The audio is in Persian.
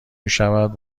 میشود